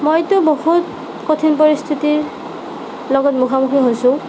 মইতো বহুত কঠিন পৰিস্থিতিৰ লগত মুখামুখি হৈছোঁ